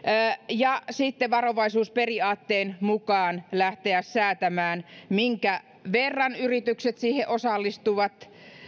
ja sitten varovaisuusperiaatteen mukaan olisi pitänyt lähteä säätämään minkä verran yritykset siihen osallistuvat